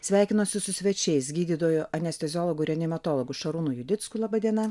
sveikinuosi su svečiais gydytoju anesteziologu reanimatologu šarūnu judicku laba diena